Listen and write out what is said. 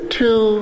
two